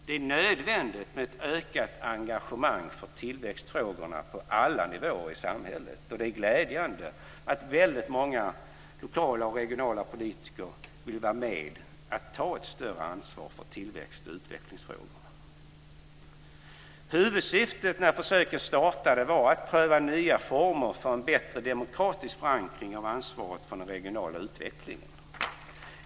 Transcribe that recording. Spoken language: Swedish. Det är nödvändigt med ett ökat engagemang för tillväxtfrågorna på alla nivåer i samhället, och det är glädjande att väldig många lokala och regionala politiker vill vara med och ta ett större ansvar för tillväxt och utvecklingsfrågor. Huvudsyftet när försöken startade var att pröva nya former för en bättre demokratisk förankring av ansvaret för den regionala utvecklingen.